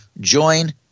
Join